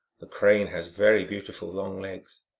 the crane has very beautiful long legs.